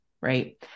right